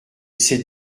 c’est